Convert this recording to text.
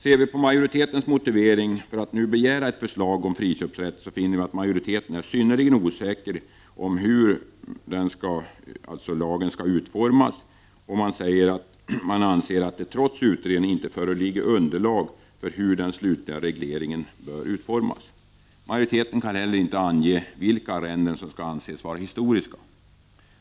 Ser vi på majoritetens motivering för att nu begära ett förslag om friköpsrätt, finner vi att majoriteten är synnerligen osäker om hur lagen skall utformas och anser att det nu, trots utredningen, inte föreligger underlag för hur den slutliga regleringen bör utformas. Majoriteten kan inte heller ange vilka arrenden som skall anses vara historiska.